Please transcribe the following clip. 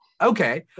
Okay